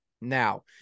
Now